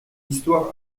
histoire